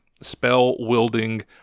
spell-wielding